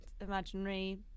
imaginary